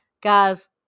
guys